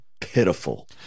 pitiful